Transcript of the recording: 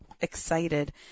excited